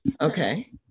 Okay